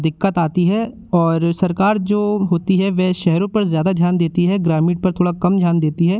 दिक्कत आती है और सरकार जो होती है वह शहरों पर ज़्यादा ध्यान देती है ग्रामीण पर थोड़ा कम ध्यान देती है